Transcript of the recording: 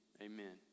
Amen